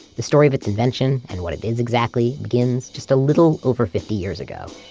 the story of it's invention, and what it is exactly begins just a little over fifty years ago,